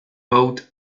bought